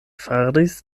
faris